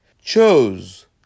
chose